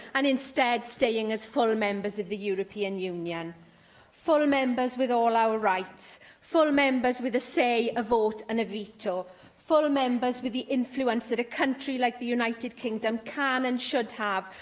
and, instead, staying as full members of the european union full members with all our rights full members with a say, a vote and a veto full members with the influence that a country like the united kingdom can and should have,